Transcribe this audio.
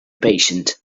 patient